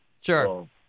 Sure